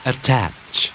Attach